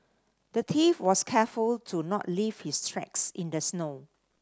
the thief was careful to not leave his tracks in the snow